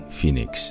Phoenix